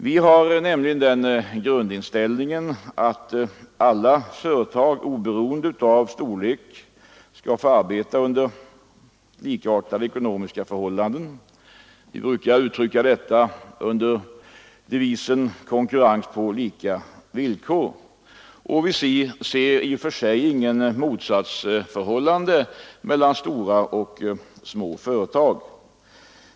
Vi har nämligen den grundinställningen att alla företag, oberoende av storlek, skall få arbeta under likartade ekonomiska förhållanden. Vi brukar uttrycka detta med devisen konkurrens på lika villkor, och vi ser i och för sig inget motsatsförhållande mellan stora och små företag.